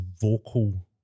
vocal